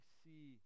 see